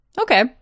Okay